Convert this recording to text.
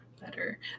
better